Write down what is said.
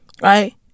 Right